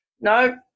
No